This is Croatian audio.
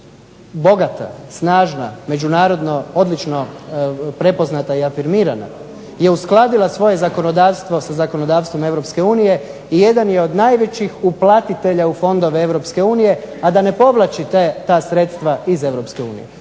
bogata, snažna, međunarodno odlično prepoznata i afirmirana je uskladila svoje zakonodavstvo sa zakonodavstvom Europske unije i jedan je od najvećih uplatitelja u fondove Europske unije, a da ne povlači ta sredstva iz